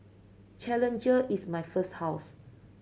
challenger is my first house